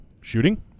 shooting